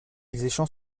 échangent